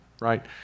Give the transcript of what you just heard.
right